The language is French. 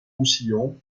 roussillon